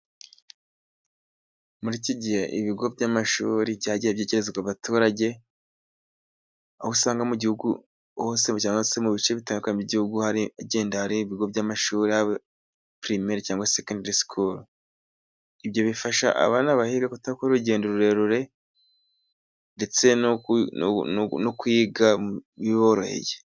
Muri iki gihe ibigo by'amashuri byagiye byigezwa abaturage, aho usanga mu gihugu hose cyangwa se mu bice bitandukanye by'igihugu, hari bigenda hari ibigo by'amashuri. Hari pirimere cyangwa sekondari sikuru. Ibyo bifasha abana bahire kutakora urugendo rurerure ndetse no kwiga biboroheye.